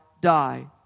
die